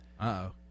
Uh-oh